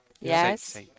yes